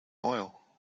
oil